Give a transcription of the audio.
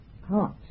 heart